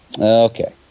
Okay